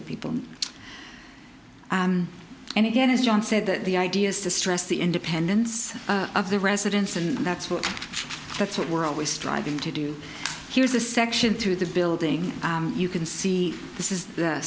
of people and again as john said that the idea is to stress the independence of the residents and that's what that's what we're always striving to do here's a section through the building you can see this is